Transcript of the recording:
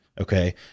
okay